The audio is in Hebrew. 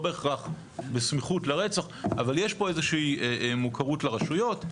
לא בהכרח בסמיכות לרצח אבל יש פה איזושהי מוכרות לרשויות.